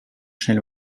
schnell